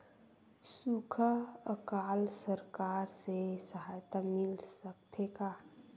सुखा अकाल सरकार से सहायता मिल सकथे का?